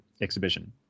exhibition